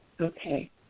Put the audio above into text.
Okay